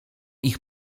ich